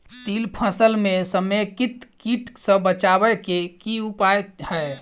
तिल फसल म समेकित कीट सँ बचाबै केँ की उपाय हय?